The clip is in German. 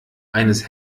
eines